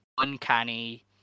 uncanny